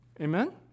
Amen